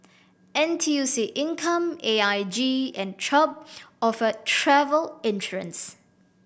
N T U C Income A I G and Chubb offer travel insurance